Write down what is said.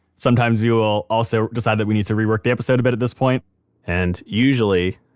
sometimes we will also decide that we need to rework the episode a bit at this point and usually,